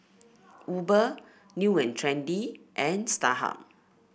Uber New And Trendy and Starhub